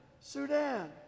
Sudan